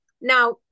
Now